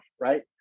right